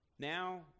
Now